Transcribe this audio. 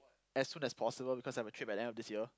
as soon as possible because I have a trip at the end of this year